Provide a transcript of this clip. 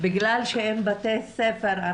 בגלל שאין בתי ספר,